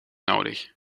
nodig